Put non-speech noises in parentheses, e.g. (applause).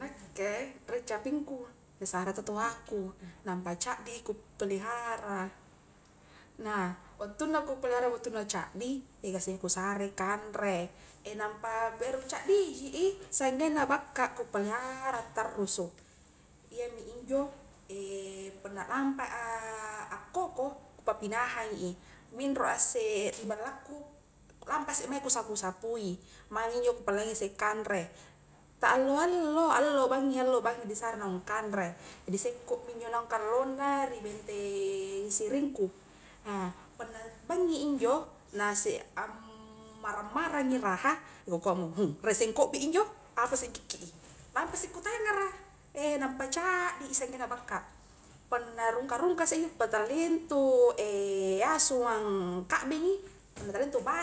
Nakke rie capingku na sarea totoa ku nampa cadi i ku peihara na wattuna ku pelihara battunna caddi (hesitation) gassing kusare kanre (hesitation) nampa beru caddi ji i sanggenna bakka ku elihara tarrusu iyami injo (hesitation) punna lampa a akkoko ku papinahang i minroa isse riballaku lampa isse ku sapu-sapui maing injo ku pangalean isse kanre ta alla-allo, allo bangngi, allo banggi disre naung kanre di sekko mi injo naung kallongna ri benteng siringku (hesitation) punna bangngi injo na si ammarang i raha ku kuamo (hesitation) rie isse angkokbi injo apasse angkikki i lampa isse kutangara (hesitation) nampa caddi i sanggenna bakka punna rungka-rungka isse punna talia intu (hesitation) asu angkakbengi punna talia intu bah,